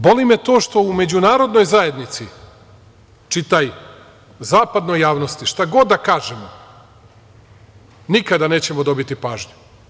Boli me to što u međunarodnoj zajednici, čitaj – zapadnoj javnosti, šta god da kažemo, nikada nećemo dobiti pažnju.